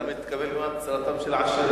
אתה מתכוון לומר את צרתם של העשירים.